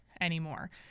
anymore